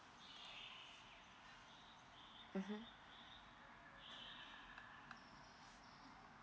mmhmm